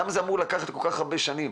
למה זה אמור לקחת כל כך הרבה שנים.